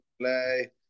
play